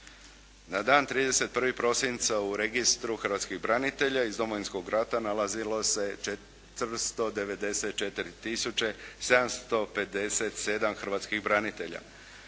Na dan 31. prosinca u Registru hrvatskih branitelja iz Domovinskog rata nalazilo 494 tisuće 757 hrvatskih branitelja